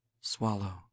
swallow